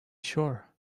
sure